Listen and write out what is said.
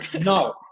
no